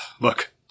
Look